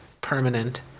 permanent